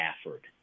Stafford